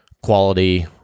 quality